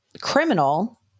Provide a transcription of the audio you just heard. criminal